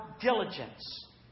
diligence